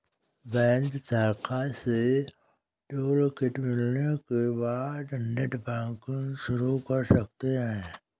bank शाखा से toolkit मिलने के बाद नेटबैंकिंग शुरू कर सकते है